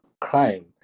crime